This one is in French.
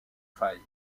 faille